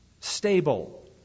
stable